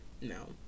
no